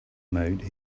mood